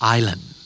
Island